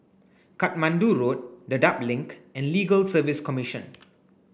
Katmandu Road Dedap Link and Legal Service Commission